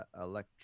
electric